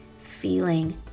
feeling